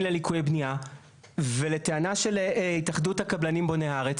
לליקויי בנייה ולטענה של התאחדות הקבלנים בוני הארץ